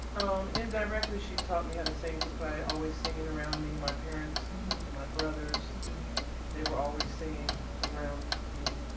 indirectly she taught me how to sing just by always singing around me my parents my brothers they were always singing around me.